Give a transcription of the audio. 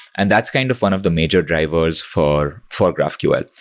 and that's kind of one of the major drivers for for graphql.